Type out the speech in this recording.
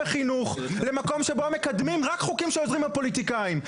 בחינוך למקום שבו מקדמים רק חוקים שעוזרים לפוליטיקאים.